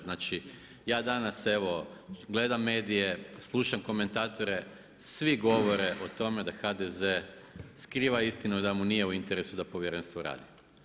Znači ja danas evo gledam medije, slušam komentatore, svi govore o tome da HDZ skriva istinu i da mu nije u interesu da Povjerenstvo radi.